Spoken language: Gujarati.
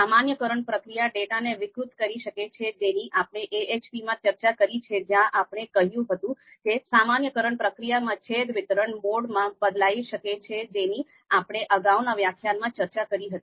સામાન્યકરણ પ્રક્રિયા ડેટાને વિકૃત કરી શકે છે જેની આપણે AHP માં ચર્ચા કરી છે જ્યાં આપણે કહ્યું હતું કે સામાન્યકરણ પ્રક્રિયામાં છેદ વિતરણ મોડમાં બદલાઈ શકે છે જેની આપણે અગાઉના વ્યાખ્યાનમાં ચર્ચા કરી હતી